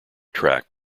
track